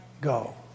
go